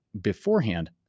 beforehand